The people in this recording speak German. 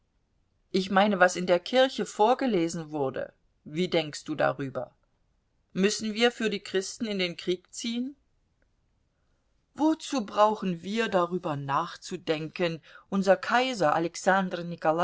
ich meine was in der kirche vorgelesen wurde wie denkst du darüber müssen wir für die christen in den krieg ziehen wozu brauchen wir darüber nachzudenken unser kaiser